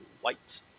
white